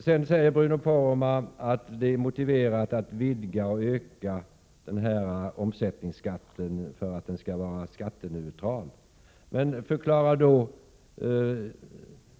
Sedan sade Bruno Poromaa att det är motiverat att vidga och öka den här omsättningsskatten för att den skall vara skatteneutral. Förklara då